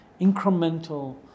incremental